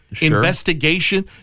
investigation